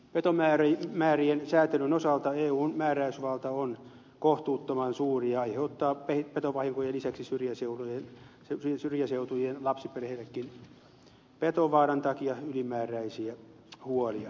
petomäärien säätelyn osalta eun määräysvalta on kohtuuttoman suuri ja aiheuttaa petovahinkojen lisäksi syrjäseutujen lapsiperheillekin petovaaran takia ylimääräisiä huolia